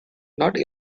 not